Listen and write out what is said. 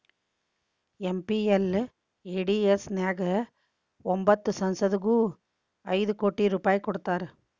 MPLADS ನ್ಯಾಗ ಒಬ್ಬೊಬ್ಬ ಸಂಸದಗು ಐದು ಕೋಟಿ ರೂಪಾಯ್ ಕೊಡ್ತಾರಾ